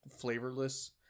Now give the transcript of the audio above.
flavorless